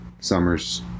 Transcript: summers